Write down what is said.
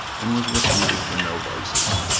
and was reputed for no vices.